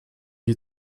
die